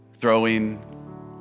throwing